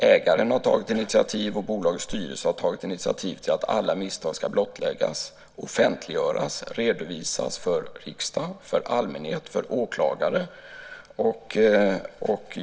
Ägaren och bolagets styrelse har tagit initiativ till att alla misstag ska blottläggas, offentliggöras och redovisas för riksdag, för allmänhet och för åklagare.